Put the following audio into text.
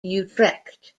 utrecht